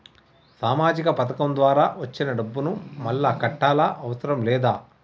సామాజిక పథకం ద్వారా వచ్చిన డబ్బును మళ్ళా కట్టాలా అవసరం లేదా?